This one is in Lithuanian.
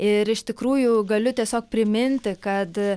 ir iš tikrųjų galiu tiesiog priminti kad